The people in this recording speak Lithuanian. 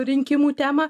rinkimų temą